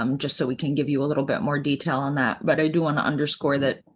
um just so we can give you a little bit more detail on that. but i do want to underscore that.